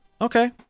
Okay